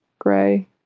gray